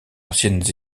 anciennes